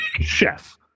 chef